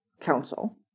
council